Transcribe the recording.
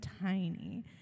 tiny